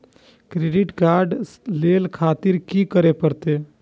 Credit card ले खातिर की करें परतें?